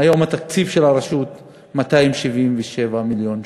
והיום התקציב של הרשות 277 מיליון שקל.